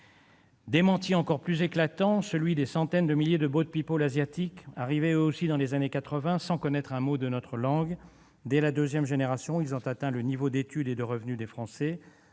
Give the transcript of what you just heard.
démenti est encore plus éclatant : celui des centaines de milliers de boat people asiatiques, arrivés eux aussi dans les années quatre-vingt, sans connaître un mot de notre langue. Dès la deuxième génération, ils ont atteint le niveau moyen d'études et de revenu des Français.